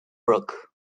brook